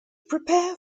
prepare